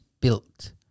built